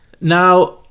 Now